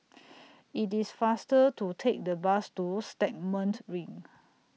IT IS faster to Take The Bus to Stagmont Ring